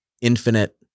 infinite